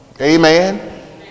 amen